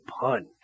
Pun